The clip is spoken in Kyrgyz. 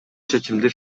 чечимди